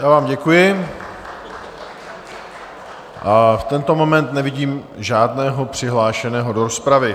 Já vám děkuji a v tento moment nevidím žádného přihlášeného do rozpravy.